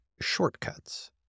shortcuts